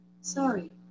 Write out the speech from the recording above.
Sorry